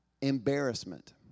Embarrassment